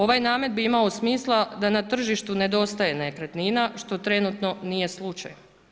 Ovaj namet bi imao smisla da na tržištu nedostaje nekretnina što trenutno nije slučaj.